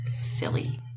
silly